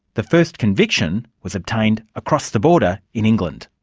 the first conviction was obtained across the border, in england.